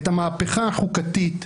את המהפכה החוקתית,